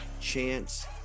chance